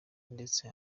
ndetse